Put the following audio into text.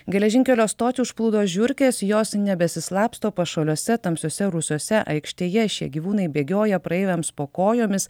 geležinkelio stotį užplūdo žiurkės jos nebesislapsto pašaliuose tamsiuose rūsiuose aikštėje šie gyvūnai bėgioja praeiviams po kojomis